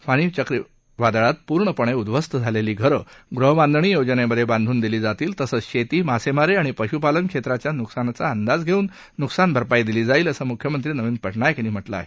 funny वादळात पूर्णपणे उध्वस्त झालेली घरं गृहबांधणी योजनेमध्ये बांधून दिली जातील तसंच शेती मासेमारी आणि पशुपालन क्षेत्राच्या नुकसानाचा अंदाज घेऊन नुकसान भरपाई दिली जाईल असं मुख्यमंत्री नवीन पटनायक यांनी म्हटलं आहे